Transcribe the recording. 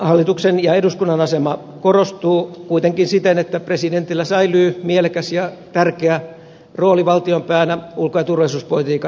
hallituksen ja eduskunnan asema korostuu kuitenkin siten että presidentillä säilyy mielekäs ja tärkeä rooli valtion päänä ulko ja turvallisuuspolitiikan johtajana